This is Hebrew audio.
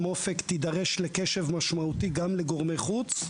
אופק תידרש לקשב משמעותי גם לגורמי חוץ.